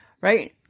Right